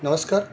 नमस्कार